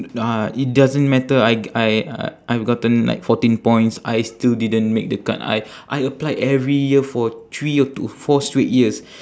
uh it doesn't matter I g~ I I've gotten like fourteen points I still didn't make the cut I I applied every year for three or two four straight years